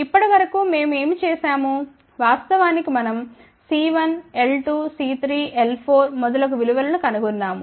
ఇప్పటి వరకు మేము ఏమి చేశాము వాస్తవానికి మనం C1L2C3L4 మొదలగు విలువలను కనుగొన్నాము